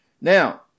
Now